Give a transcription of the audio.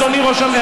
אדוני ראש הממשלה,